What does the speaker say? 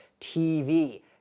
TV